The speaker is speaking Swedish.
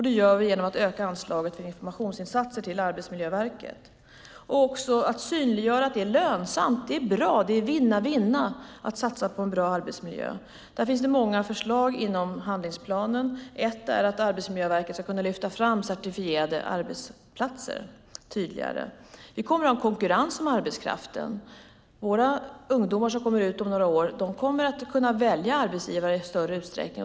Det gör vi genom att öka anslaget till Arbetsmiljöverket för informationsinsatser. Vi måste synliggöra att det är lönsamt - det är vinna-vinna - att satsa på en bra arbetsmiljö. Det finns många förslag i handlingsplanen. Ett är att Arbetsmiljöverket ska kunna lyfta fram certifierade arbetsplatser tydligare. Vi kommer att ha konkurrens om arbetskraften. De ungdomar som kommer ut om några år kommer att kunna välja arbetsgivare i större utsträckning.